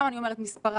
אני בשמחה